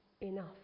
enough